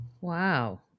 Wow